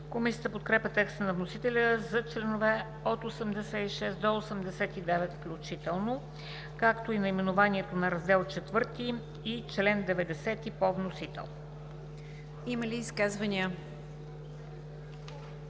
Комисията подкрепя текста на вносителя за членове от 86 до 89 включително, както и наименованието на Раздел IV и чл. 90 по вносител. ПРЕДСЕДАТЕЛ